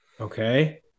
Okay